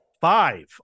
Five